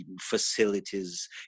facilities